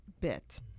bit